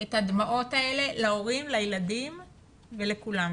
את הדמעות האלה להורים ולילדים ולכולנו.